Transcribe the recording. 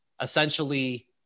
essentially-